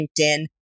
LinkedIn